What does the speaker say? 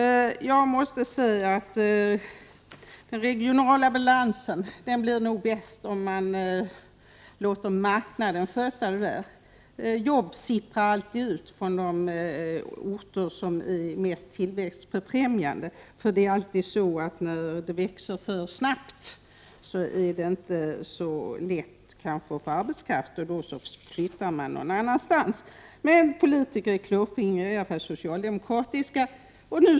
Jag måste säga att den regionala balansen nog blir bäst om man låter marknaden sköta sig själv. Arbetstillfällen uppstår alltid i de orter som är mest tillväxtbefrämjande. När tillväxttakten är för hög, är det kanske inte alltid så lätt att få arbetskraft, och då flyttar man verksamheten någon annanstans. Men politiker är klåfingriga, i vart fall socialdemokratiska politiker.